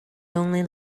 only